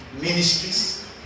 ministries